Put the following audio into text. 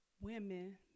women